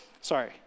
sorry